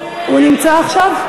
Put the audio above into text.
הוא נמצא עכשיו?